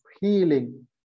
healing